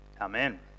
amen